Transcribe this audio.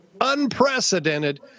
unprecedented